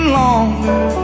longer